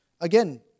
again